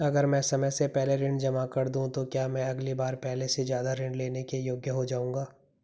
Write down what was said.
अगर मैं समय से पहले ऋण जमा कर दूं तो क्या मैं अगली बार पहले से ज़्यादा ऋण लेने के योग्य हो जाऊँगा?